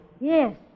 Yes